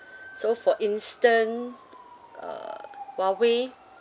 so for instant uh Huawei